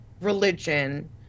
religion